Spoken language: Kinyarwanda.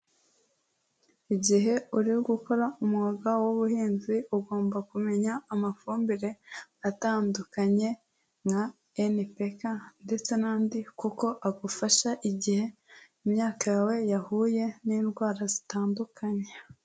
Igihe uri gukora umwuga w'ubuhinzi ugomba kumenya amafumbire atandukanye, nka NPK ndetse n'andi kuko agufasha igihe imyaka yawe yahuye n'indwara zitandukanye.